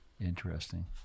Interesting